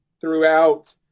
throughout